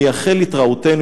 מייחל התראותנו,